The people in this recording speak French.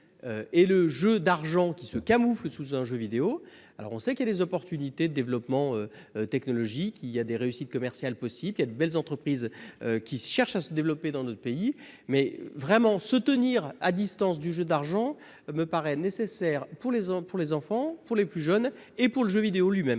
et le jeu d'argent qui se camoufle sous un jeu vidéo. Certes, il y a des opportunités de développement technologique, avec des réussites commerciales possibles, et de belles entreprises cherchent à se développer dans notre pays. Mais tenir les enfants et les plus jeunes à distance du jeu d'argent me paraît nécessaire à la fois pour ces personnes et pour le jeu vidéo lui-même.